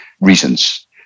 reasons